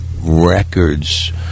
records